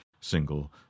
single